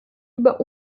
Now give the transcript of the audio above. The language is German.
über